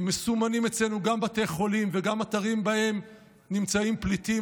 מסומנים אצלנו גם בתי חולים וגם אתרים שבהם נמצאים פליטים,